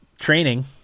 Training